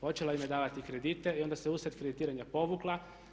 Počela im je davati kredite i onda se usred kreditiranja povukla.